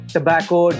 Tobacco